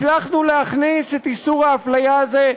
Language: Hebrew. הצלחנו להכניס את איסור ההפליה הזה,